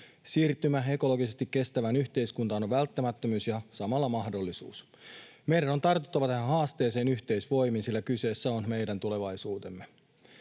Siirtymä ekologisesti kestävään yhteiskuntaan on välttämättömyys ja samalla mahdollisuus. Meidän on tartuttava tähän haasteeseen yhteisvoimin, sillä kyseessä on meidän tulevaisuutemme.